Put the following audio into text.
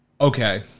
Okay